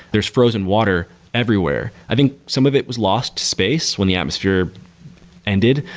there's frozen water everywhere. i think some of it was lost space when the atmosphere ended,